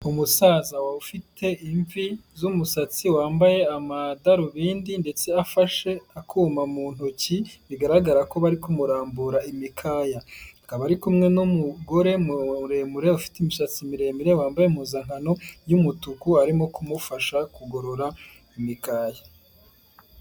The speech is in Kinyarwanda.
Umusaza wari ufite imvi z'umusatsi wambaye amadarubindi ndetse afashe akuma mu ntoki bigaragara ko bari kumurambura imikaya, akaba ari kumwe n'umugore muremure ufite imisatsi miremire wambaye impuzankano y'umutuku arimo kumufasha kugorora imikaya.